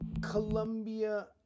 Colombia